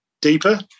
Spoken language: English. deeper